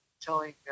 telling